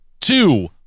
two